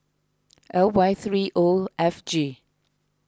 L Y three O F G